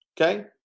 Okay